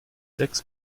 sechs